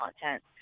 content